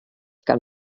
gan